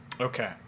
okay